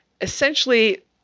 essentially